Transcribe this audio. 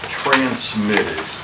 transmitted